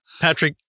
Patrick